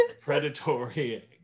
Predatory